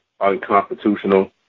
unconstitutional